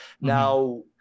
Now